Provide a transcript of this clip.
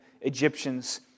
Egyptians